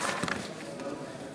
(קוראת בשמות חברי הכנסת)